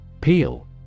Peel